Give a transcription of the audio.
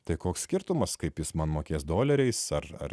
tai koks skirtumas kaip jis man mokės doleriais ar ar